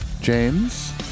James